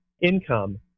income